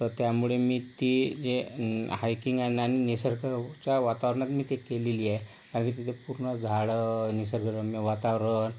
तर त्यामुळे मी ती जे हायकिंग आणि निसर्गाच्या वातावरनात मी केलेली आहे कारण की तिथे पूर्ण झाडं निसर्गरम्य वातावरण